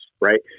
right